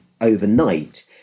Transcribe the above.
overnight